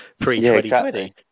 Pre-2020